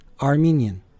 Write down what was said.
Armenian